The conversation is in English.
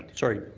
sorry,